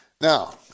now